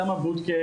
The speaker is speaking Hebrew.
שמה בודקה,